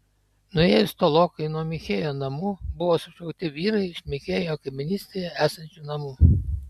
nuėjus tolokai nuo michėjo namų buvo sušaukti vyrai iš michėjo kaimynystėje esančių namų